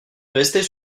rester